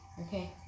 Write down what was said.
Okay